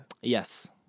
Yes